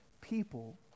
people